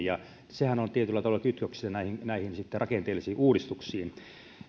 ja sehän on tietyllä tavalla kytköksissä näihin näihin rakenteellisiin uudistuksiin